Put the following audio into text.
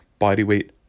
bodyweight